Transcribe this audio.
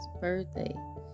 birthday